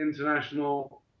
international